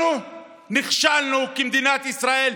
אנחנו נכשלנו כמדינת ישראל.